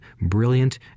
brilliant